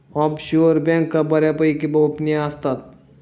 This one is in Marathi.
ऑफशोअर बँका बऱ्यापैकी गोपनीय असतात